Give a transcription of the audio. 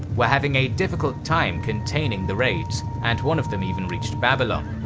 were having a difficult time containing the raids, and one of them even reached babylon.